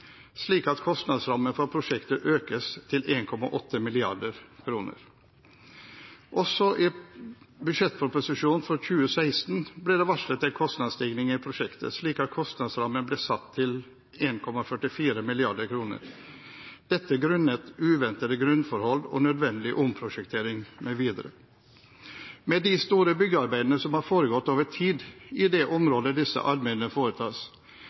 slik at kostnadsrammen for prosjektet økes til 1,8 mrd. kr. Også i budsjettproposisjonen for 2016 ble det varslet en kostnadsstigning i prosjektet, slik at kostnadsrammen ble satt til 1,44 mrd. kr, dette grunnet uventede grunnforhold og nødvendig omprosjektering mv. Med de store byggearbeidene som har foregått over tid i det området disse arbeidene foretas,